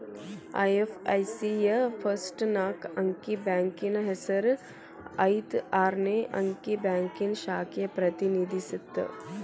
IFSC ಯ first ನಾಕ್ ಅಂಕಿ ಬ್ಯಾಂಕಿನ್ ಹೆಸರ ಐದ್ ಆರ್ನೆ ಅಂಕಿ ಬ್ಯಾಂಕಿನ್ ಶಾಖೆನ ಪ್ರತಿನಿಧಿಸತ್ತ